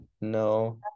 No